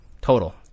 total